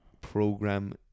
program